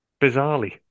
Bizarrely